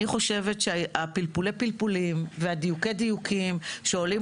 אני חושבת שהפלפולי פלפולים והדיוקי דיוקים שעולים